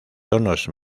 tonos